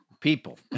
People